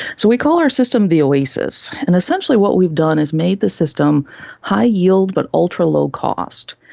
so we call our system the oasis, and essentially what we've done is made the system high yield but ultralow cost.